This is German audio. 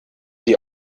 die